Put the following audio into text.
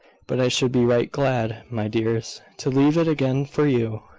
but i should be right glad, my dears, to leave it again for you,